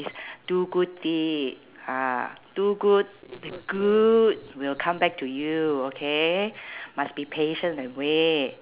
is do good deed ah do good good will come back to you okay must be patient and wait